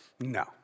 No